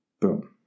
Boom